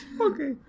okay